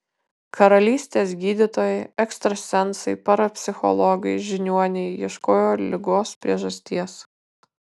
karalystės gydytojai ekstrasensai parapsichologai žiniuoniai ieškojo ligos priežasties